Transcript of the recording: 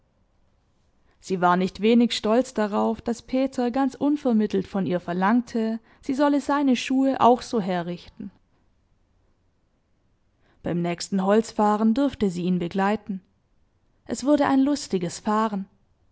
sie war nicht wenig stolz darauf daß peter ganz unvermittelt von ihr verlangte sie solle seine schuhe auch so herrichten beim nächsten holzfahren durfte sie ihn begleiten es wurde ein lustiges fahren